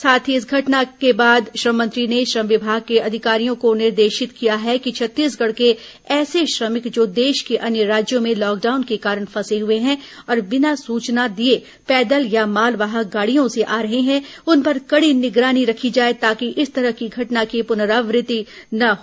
साथ ही इस घटना के बाद श्रम मंत्री ने श्रम विभाग के अधिकारियों को निर्देशित किया है कि छत्तीसगढ़ के ऐसे श्रमिक जो देश के अन्य राज्यों में लॉकडाउन के कारण फंसे हुए हैं और बिना सूचना दिए पैदल या मालवाहक गाड़ियों से आ रहे हैं उन पर कडी निगरानी रखी जाए ताकि इस तरह की घटना की पुनरावत्ति न हो